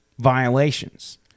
violations